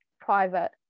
private